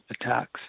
attacks